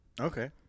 Okay